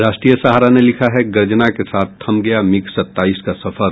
राष्ट्रीय सहारा ने लिखा है गर्जना के साथ थम गया मिग सत्ताईस का सफर